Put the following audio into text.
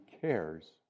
cares